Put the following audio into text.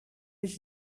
his